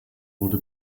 wurde